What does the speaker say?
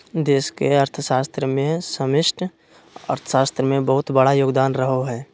देश के अर्थव्यवस्था मे समष्टि अर्थशास्त्र के बहुत बड़ा योगदान रहो हय